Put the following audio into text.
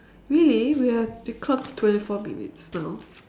really we have we clocked twenty four minutes now